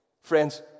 Friends